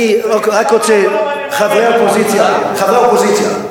חברי האופוזיציה,